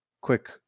quick